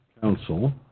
council